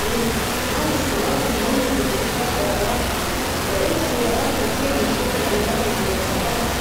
إيه هذي السيارة تتميز بالكفاءة والراحة، وعندك خيارات كثيرة من حيث الألوان والمواصفات،